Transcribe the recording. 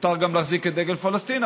מותר גם להחזיק את דגל פלסטין,